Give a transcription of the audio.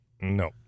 No